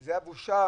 זו הבושה